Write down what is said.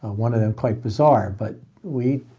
ah one of them quite bizarre, but we,